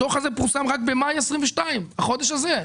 הדוח הזה פורסם רק בחודש מאי 2022, בחודש הזה.